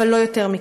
אבל לא יותר מכך.